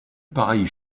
pareille